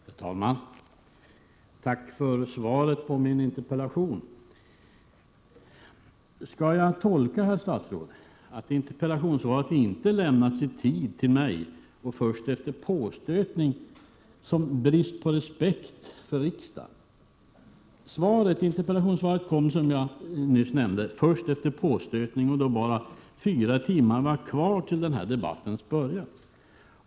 Herr talman! Tack för svaret på min interpellation! Skall jag, herr statsråd, tolka det faktum att interpellationssvaret inte lämnats i tid till mig och att jag fått det först efter påstötning som brist på respekt för riksdagen? Interpellationssvaret kom mig till handa, som jag nyss nämnde, först efter påstötning, och då var det bara fyra timmar kvar till den här debattens början.